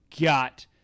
got